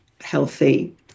healthy